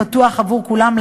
פתוח עבור כולם,